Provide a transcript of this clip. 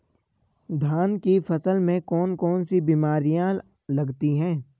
धान की फसल में कौन कौन सी बीमारियां लगती हैं?